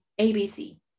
ABC